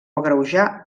agreujar